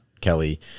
Kelly